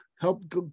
Help